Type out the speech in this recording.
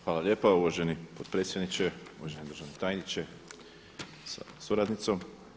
Hvala lijepa uvaženi potpredsjedniče, uvaženi državni tajniče sa suradnicom.